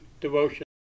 devotion